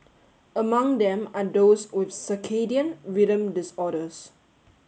among them are those with circadian rhythm disorders